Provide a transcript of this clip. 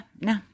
no